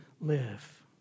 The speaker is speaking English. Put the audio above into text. live